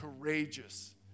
courageous